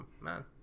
man